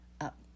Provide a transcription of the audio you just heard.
up